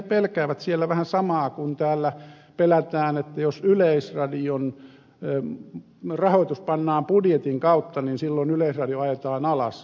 ilmeisesti siellä pelätään vähän samaa kuin täällä pelätään että jos yleisradion rahoitus pannaan budjetin kautta niin silloin yleisradio ajetaan alas